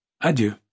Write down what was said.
Adieu